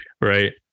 Right